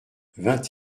vingt